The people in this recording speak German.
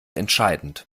entscheidend